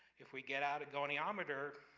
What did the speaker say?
if we get out a goniometer,